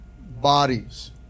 bodies